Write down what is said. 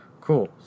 Cool